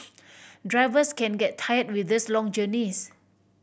drivers can get tire with these long journeys